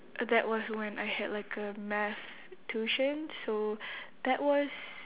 that was when I had like a math tuition so that was